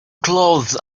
clothes